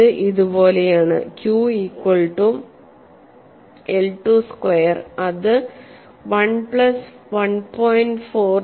ഇത് ഇതുപോലെയാണ് Q equal to I 2 സ്ക്വയർഅത് 1 പ്ലസ് 1